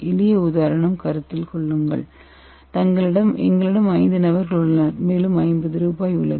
எளிய உதாரணம் கருத்தில் கொள்ளுங்கள் எங்களிடம் 5 நபர்கள் உள்ளனர் மேலும் 50 ரூபாய் உள்ளது